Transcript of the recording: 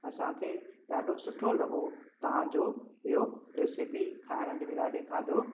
असांखे ॾाढो सुठो लॻो तव्हांजो इहो रेसिपी खाइण जी बि ॾाढी खाधो